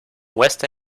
west